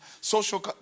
social